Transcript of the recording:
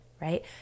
right